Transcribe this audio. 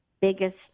biggest